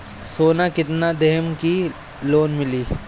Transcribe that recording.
सोना कितना देहम की लोन मिली?